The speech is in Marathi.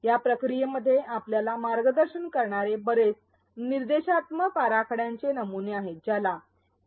या प्रक्रियेमध्ये आपल्याला मार्गदर्शन करणारे बरेच निर्देशात्मकआराखड्यांचे नमुने आहेत ज्याला ए